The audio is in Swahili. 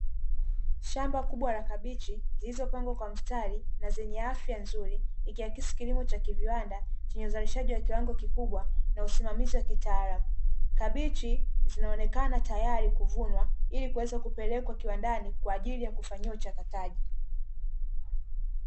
Shamba kubwa la kabichi zilizopandwa kwa mstari na zenye afya nzuri, ikiakisi kilimo cha viwanda chenye uzalishaji wa kiwango kikubwa na usimamiz wa kitaalamu, kabichi zinaonekana tayari kuvunwa ili kuweza kupelekwa kiwandani kwa ajili ya kufanyiwa uchakataji.